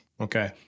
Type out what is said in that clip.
okay